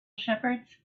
shepherds